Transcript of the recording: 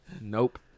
Nope